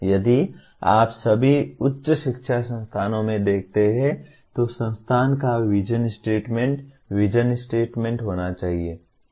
यदि आप सभी उच्च शिक्षा संस्थान में देखते हैं तो संस्थान का विजन स्टेटमेंट विजन स्टेटमेंट होना चाहिए